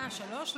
שלוש?